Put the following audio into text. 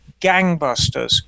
gangbusters